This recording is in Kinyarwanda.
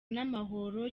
n’amahoro